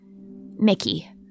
Mickey